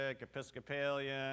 Episcopalian